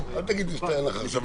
אלה סקרים שפיקוד העורף עושה.